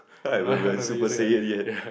right we were in super